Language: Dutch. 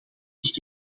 ligt